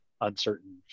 uncertain